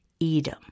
Edom